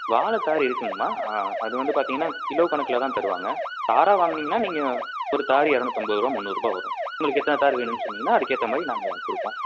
வாழை தார் இருக்குதுங்கம்மா அது வந்து பார்த்தீங்கன்னா கிலோ கணக்கில்தான் தருவாங்க தாராக வாங்கினிங்கன்னா நீங்கள் ஒரு தார் இரநூத்தம்பது ரூபாய் முன்னூறுரூபா வரும் உங்களுக்கு எத்தனை தார் வேணும்னு சொன்னிங்கன்னால் அதுக்கு ஏற்ற மாதிரி நாங்கள் கொடுப்போம்